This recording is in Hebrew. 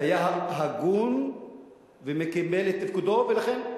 היה הגון וקיבל את תפקודו ולכן,